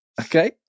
Okay